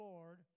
Lord